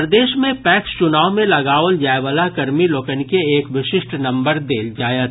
प्रदेश मे पैक्स चुनाव मे लगाओल जाय वला कर्मी लोकनि के एक विशिष्ट नम्बर देल जायत